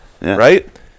right